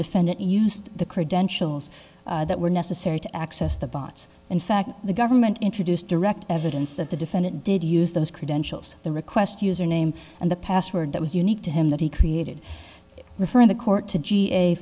defendant used the credentials that were necessary to access the bots in fact the government introduced direct evidence that the defendant did use those credentials the request username and the password that was unique to him that he created refer the court to g